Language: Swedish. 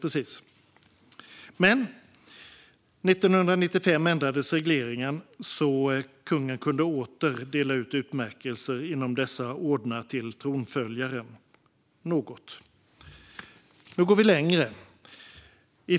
Men 1995 ändrades regleringen något så att kungen åter kunde dela ut utmärkelser inom dessa ordnar till tronföljare. Nu går vi längre.